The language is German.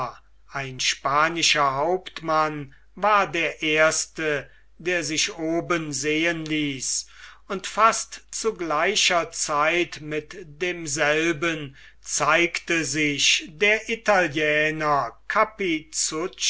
ein spanischer hauptmann war der erste der sich oben sehen ließ und fast zu gleicher zeit mit demselben zeigte sich der italiener